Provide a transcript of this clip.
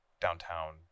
downtown